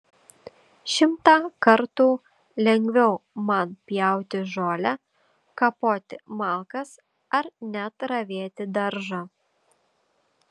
šimtą kartų lengviau man pjauti žolę kapoti malkas ar net ravėti daržą